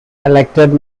elected